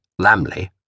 Lamley